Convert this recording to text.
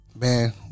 Man